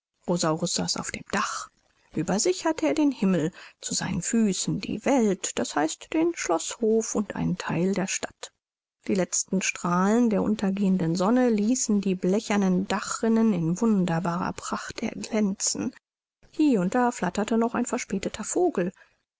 saß auf dem dach über sich hatte er den himmel zu seinen füßen die welt d h den schloßhof und einen theil der stadt die letzten strahlen der untergehenden sonne ließen die blechernen dachrinnen in wunderbarer pracht erglänzen hie und da flatterte noch ein verspäteter vogel